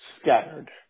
scattered